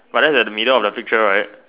but that's at the middle of the picture right